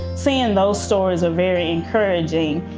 seeing those stories are very encouraging,